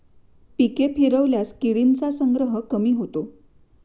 पिके फिरवल्यास किडींचा संग्रह कमी होतो